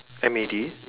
M A D